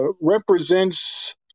represents